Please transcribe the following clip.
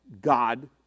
God